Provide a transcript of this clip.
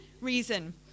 reason